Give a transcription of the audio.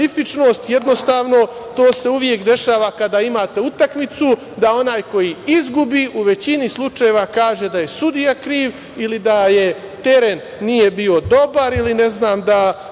specifičnost. Jednostavno, to se uvek dešava kada imate utakmicu da onaj koji izgubi u većini slučajeva kaže da je sudija kriv ili da teren nije bio dobar, ili ne znam da